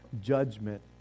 judgment